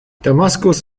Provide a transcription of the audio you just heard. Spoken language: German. damaskus